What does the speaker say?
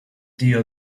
tío